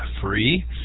free